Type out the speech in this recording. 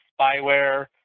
spyware